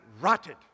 rotted